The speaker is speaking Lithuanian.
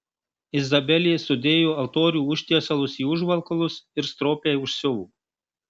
izabelė sudėjo altorių užtiesalus į užvalkalus ir stropiai užsiuvo